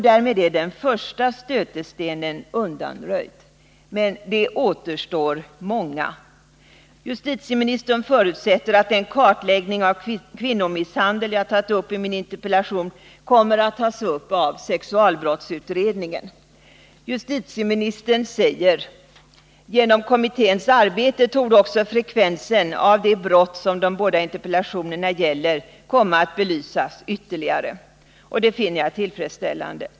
Därmed är den första stötestenen undanröjd, men det återstår många. Justitieministern förutsätter att den kartläggning av kvinnomisshandel som jag har tagit upp i min interpellation kommer att behandlas i sexualbrottsutredningen. Justitieministern säger: ”Genom kommitténs arbete torde också frekvensen av de brott som de båda interpellationerna gäller komma att belysas ytterligare.” Detta finner jag tillfredsställande.